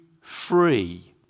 free